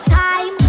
time